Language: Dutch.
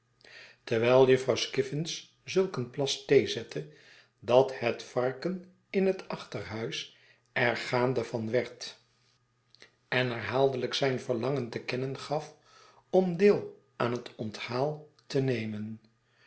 terwijl jufvrouw skiffins zulk een plas thee zette dat het varken in net achterhuis er gaande van werd en herhaaldeiijk zijn verlangen te kennen gaf om deel aan het onthaal te nemen